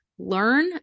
Learn